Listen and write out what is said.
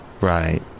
right